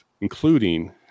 including